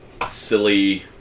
Silly